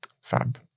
fab